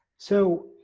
so